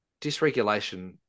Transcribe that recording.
dysregulation